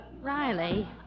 Riley